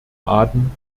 aden